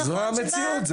זו המציאות.